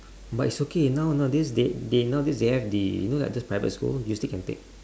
but it's okay now nowadays they they nowadays they have the you know like those private school you still can take